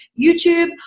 YouTube